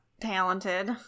talented